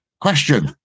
Question